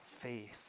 faith